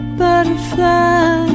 butterfly